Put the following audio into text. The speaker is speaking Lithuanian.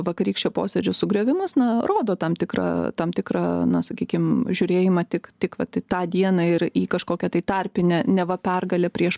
vakarykščio posėdžio sugriovimas na rodo tam tikrą tam tikrą na sakykim žiūrėjimą tik tik vat į tą dieną ir į kažkokią tai tarpinę neva pergalę prieš